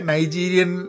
Nigerian